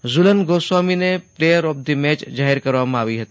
ઝ્રલન ગોસ્વામીને player of the match જાહેર કરવામાં આવી હતી